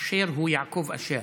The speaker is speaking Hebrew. אשר הוא יעקב אשר.